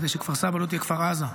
כדי שכפר סבא לא תהיה כפר עזה.